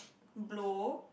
blow